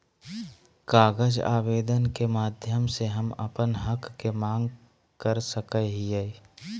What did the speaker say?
कागज आवेदन के माध्यम से हम अपन हक के मांग कर सकय हियय